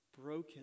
broken